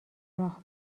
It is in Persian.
راه